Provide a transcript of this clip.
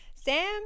Sam